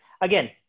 again